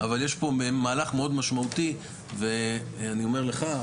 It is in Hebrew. אבל יש פה מהלך מאוד משמעותי ואני אומר לך,